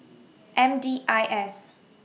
M D I S